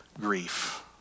grief